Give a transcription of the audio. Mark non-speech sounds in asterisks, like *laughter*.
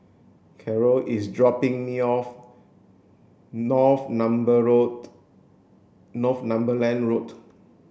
Karol is dropping me off *unintelligible* Road Northumberland Road